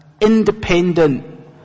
independent